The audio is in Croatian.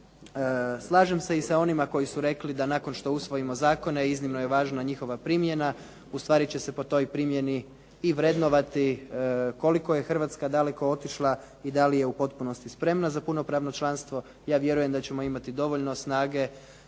Slažem sa i sa onima koji su rekli da nakon što usvojimo zakone iznimno je važna njihova primjena. Ustvari će se po toj primjeni i vrednovati koliko je Hrvatska daleko otišla i da li je u potpunosti spremna za punopravno članstvo. Ja vjerujem da ćemo imati dovoljno snage